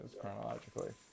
chronologically